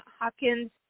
Hopkins